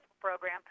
program